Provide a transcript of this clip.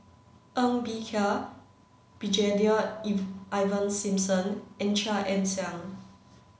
Ng Bee Kia Brigadier Ivan Simson and Chia Ann Siang